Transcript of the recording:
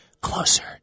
closer